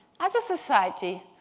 as a society,